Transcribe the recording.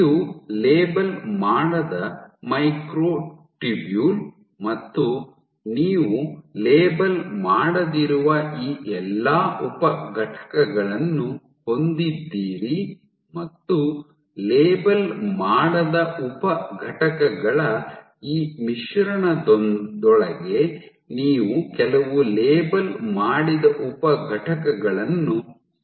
ಇದು ಲೇಬಲ್ ಮಾಡದ ಮೈಕ್ರೊಟ್ಯೂಬ್ಯೂಲ್ ಮತ್ತು ನೀವು ಲೇಬಲ್ ಮಾಡದಿರುವ ಈ ಎಲ್ಲಾ ಉಪ ಘಟಕಗಳನ್ನು ಹೊಂದಿದ್ದೀರಿ ಮತ್ತು ಲೇಬಲ್ ಮಾಡದ ಉಪ ಘಟಕಗಳ ಈ ಮಿಶ್ರಣದೊಳಗೆ ನೀವು ಕೆಲವು ಲೇಬಲ್ ಮಾಡಿದ ಉಪ ಘಟಕಗಳನ್ನು ಸೇರಿಸುತ್ತೀರಿ